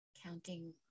counting